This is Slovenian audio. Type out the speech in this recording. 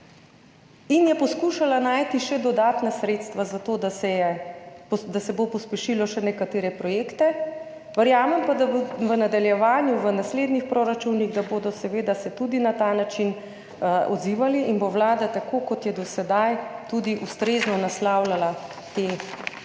in je poskušala najti še dodatna sredstva za to, da se bo pospešilo še nekatere projekte, verjamem pa, da se bodo v nadaljevanju, v naslednjih proračunih seveda tudi na ta način odzivali in bo Vlada tako, kot je do sedaj, tudi ustrezno naslavljala te zadeve.